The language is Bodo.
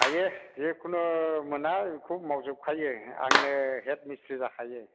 हायो जेखुनु मोना बेखौ मावजोबखायो आंनो हेड मिसथ्रि जाखायो